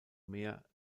mehr